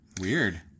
Weird